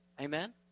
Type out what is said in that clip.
Amen